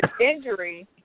injury